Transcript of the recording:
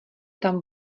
tam